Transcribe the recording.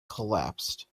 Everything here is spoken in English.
collapsed